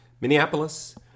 Minneapolis